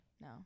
No